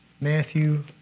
Matthew